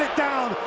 down,